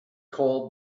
called